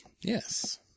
Yes